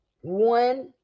one